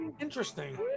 Interesting